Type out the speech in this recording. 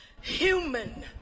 human